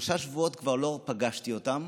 שלושה שבועות כבר לא פגשתי אותם,